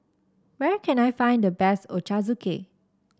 where can I find the best Ochazuke